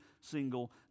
single